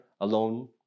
alone